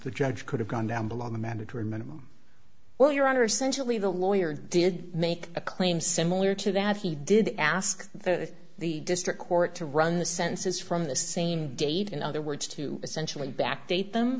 the judge could have gone down below the mandatory minimum well your honor essentially the lawyer did make a claim similar to that he did ask that the district court to run the census from the same date in other words to essentially back date them